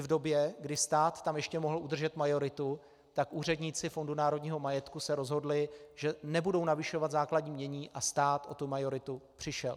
V době, kdy tam stát ještě mohl udržet majoritu, tak úředníci Fondu národního majetku se rozhodli, že nebudou navyšovat základní jmění, a stát o majoritu přišel.